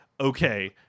okay